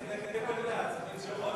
עם המסטיק?